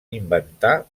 inventar